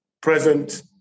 present